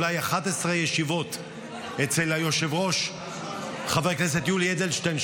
אולי 11 ישיבות אצל היושב-ראש חבר הכנסת יולי אדלשטיין,